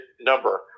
number